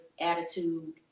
attitude